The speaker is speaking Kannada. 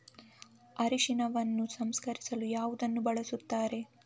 ಅರಿಶಿನವನ್ನು ಸಂಸ್ಕರಿಸಲು ಯಾವುದನ್ನು ಬಳಸುತ್ತಾರೆ?